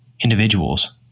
Individuals